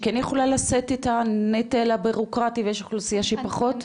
שכן יכולה לשאת את הנטל הבירוקרטי ויש אוכלוסייה שהיא פחות?